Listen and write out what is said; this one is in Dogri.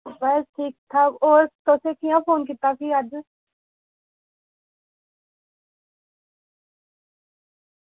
बस ठीक ठाक होर तुसें कि'यां फोन कीता फ्ही अज्ज